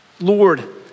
Lord